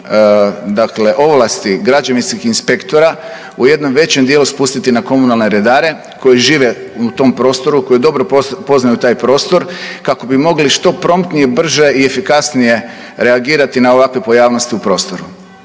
ovlasti građevinskih inspektora u jednom većom dijelu spustiti na komunalne redare koji žive u tom prostoru, koji dobro poznaju taj prostor kako bi mogli što promptnije, brže i efikasnije reagirati na ovakve pojavnosti u prostoru.